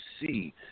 see